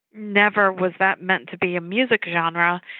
never was that meant to be a music genre.